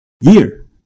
year